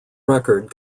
record